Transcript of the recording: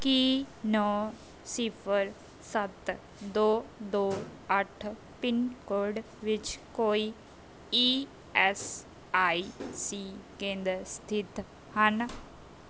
ਕੀ ਨੌ ਸਿਫਰ ਸੱਤ ਦੋ ਦੋ ਅੱਠ ਪਿੰਨ ਕੋਡ ਵਿੱਚ ਕੋਈ ਈ ਐੱਸ ਆਈ ਸੀ ਕੇਂਦਰ ਸਥਿਤ ਹਨ